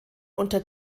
unter